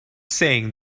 saying